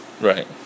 Right